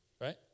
right